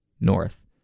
North